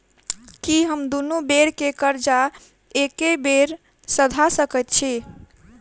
की हम दुनू बेर केँ कर्जा एके बेर सधा सकैत छी?